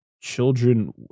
children